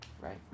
right